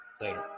Later